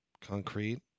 concrete